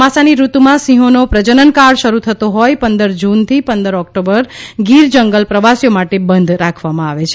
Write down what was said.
ચોમાસાની ઋતુમાં સિંહોનો પ્રજનન કાળ શરૂ થતો હોય પંદર જૂન થી પંદર ઓક્ટોમ્બર ગીર જંગલ પ્રવાસીઓ માટે બન્ધ કરવામાં આવે છે